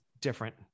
different